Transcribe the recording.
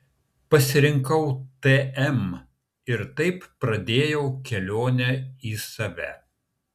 pasirinkau tm ir taip pradėjau kelionę į save